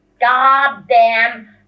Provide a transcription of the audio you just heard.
goddamn